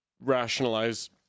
rationalize